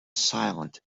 silent